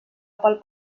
pel